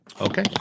Okay